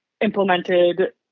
implemented